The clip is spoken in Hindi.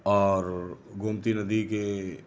और गोमती नदी के